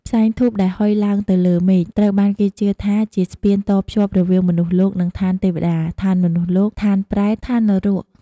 ផ្សែងធូបដែលហុយឡើងទៅលើមេឃ ត្រូវបានគេជឿថាជា ស្ពានតភ្ជាប់រវាងមនុស្សលោក នឹង ឋានទេវតា ឋានមនុស្សលោក ឋានប្រេត ឋាននរក។